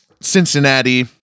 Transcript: Cincinnati